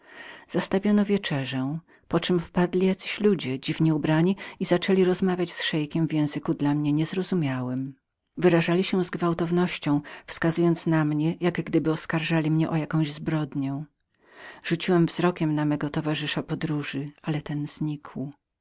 zastawiono wieczerzę poczem wpadli jacyś ludzie dziwnie ubrani i zaczęli rozmawiać z szeikiem w języku dla mnie niezrozumiałym wyrażali się z gwałtownością wskazując na mnie jak gdyby oskarżali mnie o jakową zbrodnię rzuciłem wzrokiem na mego towarzysza podróży ale ten znikł